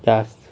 ya